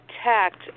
attacked